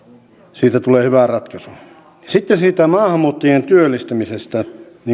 siitä tulee hyvä ratkaisu sitten siitä maahanmuuttajien työllistämisestä niin kuin yanar